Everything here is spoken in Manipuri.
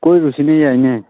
ꯀꯣꯏꯔꯨꯁꯤꯅꯦ ꯌꯥꯏꯅꯦ